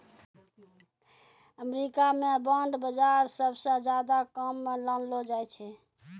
अमरीका म बांड बाजार सबसअ ज्यादा काम म लानलो जाय छै